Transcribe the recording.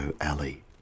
alley